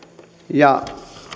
ja